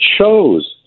chose